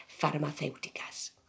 farmacéuticas